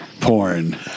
porn